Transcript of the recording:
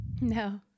No